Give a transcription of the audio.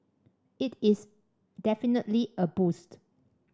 it is definitely a boost